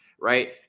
Right